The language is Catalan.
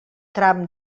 tram